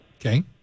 Okay